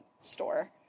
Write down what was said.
store